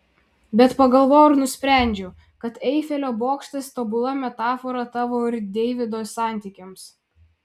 bet pagalvojau ir nusprendžiau kad eifelio bokštas tobula metafora tavo ir deivido santykiams